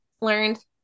learned